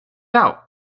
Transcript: out